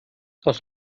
aus